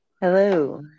Hello